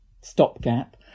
stopgap